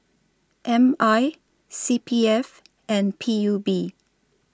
M I C P F and P U B